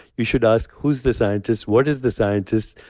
you should ask, who's the scientist, what is the scientist,